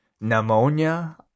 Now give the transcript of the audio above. pneumonia